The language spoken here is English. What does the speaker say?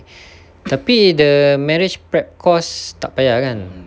tapi the marriage prep course tak payah kan